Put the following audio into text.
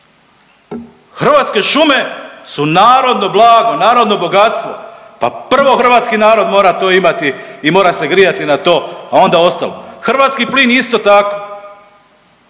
Hrvatske šume su narodno blago, narodno bogatstvo. Pa prvo hrvatski narod mora to imati i mora se grijati na to, a onda ostalo. Hrvatski plin isto tako.